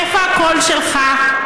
איפה הקול שלך?